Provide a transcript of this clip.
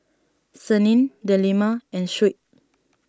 Senin Delima and Shuib